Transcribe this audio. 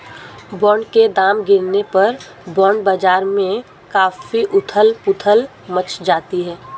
bond के दाम गिरने पर बॉन्ड बाजार में काफी उथल पुथल मच जाती है